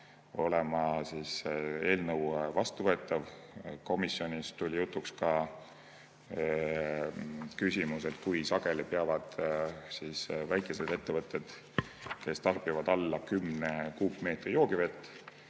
osapooltele vastuvõetav. Komisjonis tuli jutuks ka küsimus, kui sageli peavad väikesed ettevõtted, kes tarbivad alla 10 kuupmeetri joogivett,